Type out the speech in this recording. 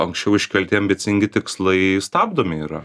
anksčiau iškelti ambicingi tikslai stabdomi yra